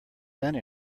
done